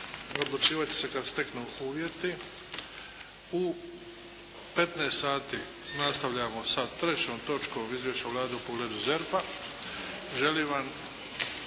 Odlučivat će se kad se steknu uvjeti. U 15,00 sati nastavljamo sa trećom točkom Izvješće Vlade u pogledu ZERP-a. Želim vam